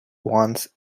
once